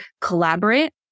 collaborate